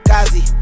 Kazi